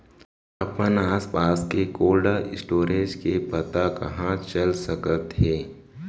अपन आसपास के कोल्ड स्टोरेज के पता कहाँ चल सकत हे?